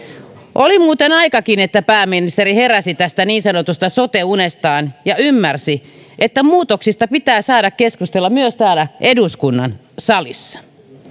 oli muuten aikakin että pääministeri heräsi tästä niin sanotusta sote unestaan ja ymmärsi että muutoksista pitää saada keskustella myös täällä eduskunnan salissa